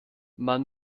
man